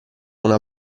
una